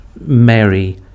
Mary